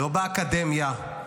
לא באקדמיה.